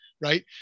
right